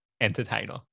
entertainer